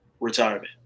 retirement